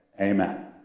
amen